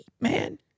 man